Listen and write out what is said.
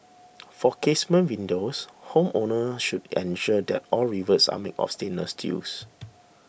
for casement windows homeowners should ensure that all rivets are made of stainless steels